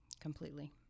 Completely